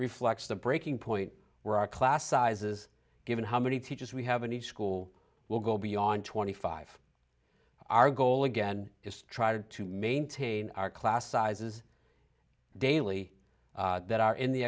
reflects the breaking point where our class sizes given how many teachers we have and school will go beyond twenty five our goal again is tried to maintain our class sizes daily that are in the